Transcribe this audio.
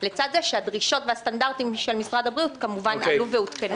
לצעד זה שהדרישות והסטנדרטים של משרד הבריאות כמובן עלו ועודכנו.